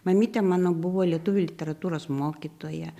mamytė mano buvo lietuvių literatūros mokytoja